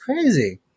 crazy